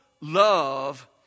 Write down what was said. love